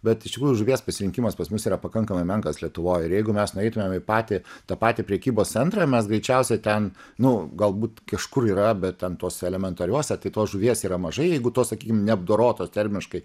bet iš tikrųjų žuvies pasirinkimas pas mus yra pakankamai menkas lietuvoj ir jeigu mes nueitumėme į patį tą patį prekybos centrą mes greičiausiai ten nu galbūt kažkur yra bet ant tos elementarios tai tos žuvies yra mažai jeigu to sakykime neapdorotos termiškai